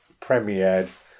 premiered